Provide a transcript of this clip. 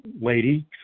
lady